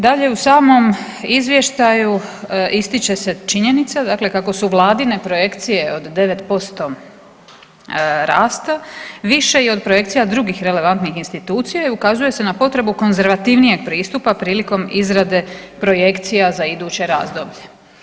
Dalje u samom izvještaju, ističe se činjenica dakle kako su Vladine projekcije od 9% rasta više i od projekcija drugih relevantnih institucija i ukazuje se na potrebu konzervativnijeg pristupa prilikom izrade projekcija za iduće razdoblje.